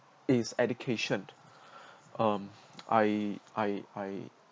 is education um I I I